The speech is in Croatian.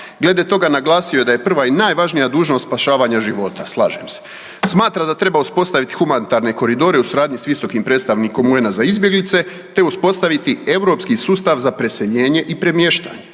Glede toga, naglasio je da je prva i najvažnija dužnost spašavanja života, slažem se. Smatra da treba uspostaviti humanitarne koridore u suradnji s visokim predstavnikom UN-a za izbjeglice te uspostaviti europski sustav za preseljenje i premještanje.